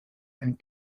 and